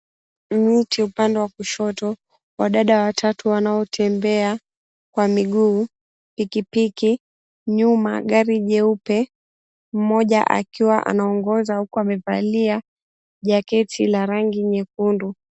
Miti upande wa kushoto, wadada watatu wanaotembea kwa miguu, pikipiki, nyuma gari jeupe. Mmoja akiwa anaongoza huku amevalia jaketi la rangi nyekundu.